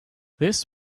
this